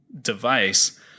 device